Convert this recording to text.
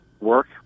work